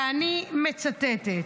ואני מצטטת: